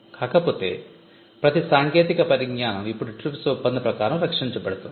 కాకపోతే ప్రతి సాంకేతిక పరిజ్ఞానం ఇప్పుడు TRIPS ఒప్పందం ప్రకారం రక్షించబడుతోంది